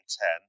ten